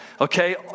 Okay